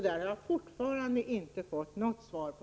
Det har jag inte fått något svar på.